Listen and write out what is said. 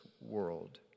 world